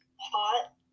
hot